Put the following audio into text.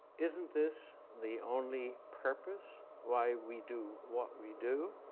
isn't this the only purpose why we do what we do?